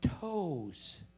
toes